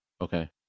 Okay